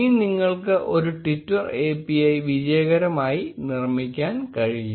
ഇനി നിങ്ങൾക്ക് ഒരു ട്വിറ്റർ API വിജയകരമായി നിർമിക്കാൻ കഴിയും